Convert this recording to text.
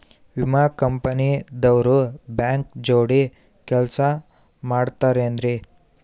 ವಿಮಾ ಕಂಪನಿ ದವ್ರು ಬ್ಯಾಂಕ ಜೋಡಿ ಕೆಲ್ಸ ಮಾಡತಾರೆನ್ರಿ?